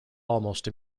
almost